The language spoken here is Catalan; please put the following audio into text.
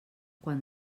quan